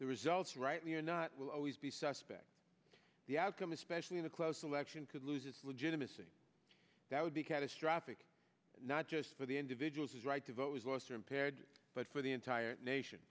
the results rightly or not will always be suspect the outcome especially in a close election could lose its legitimacy that would be catastrophic not just for the individual's right to vote was lost or impaired but for the entire nation